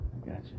Gotcha